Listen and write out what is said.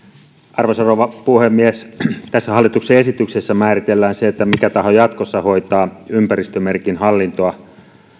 arvoisa rouva puhemies tässä hallituksen esityksessä määritellään se mikä taho jatkossa hoitaa ympäristömerkin hallintoa